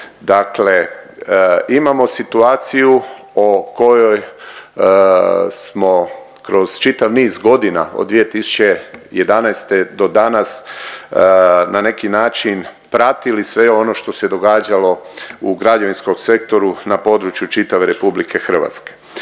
Dakle, imamo situaciju o kojoj smo kroz čitav niz godina od 2011. do danas na neki način pratili sve ono što se događalo u građevinskom sektoru na području čitave RH.